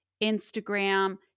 Instagram